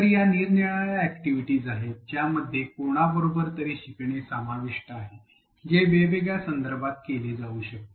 तर या निरनिराळ्या अॅक्टिव्हिटीस आहेत ज्यामध्ये कोणाबरोबर तरी शिकणे समाविष्ट आहे जे वेगवेगळ्या संदर्भात केले जाऊ शकते